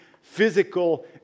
physical